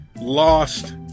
lost